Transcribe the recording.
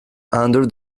under